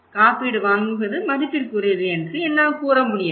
காப்பீடு வாங்குவது மதிப்புக்குரியது என்று என்னால் கூற முடியாது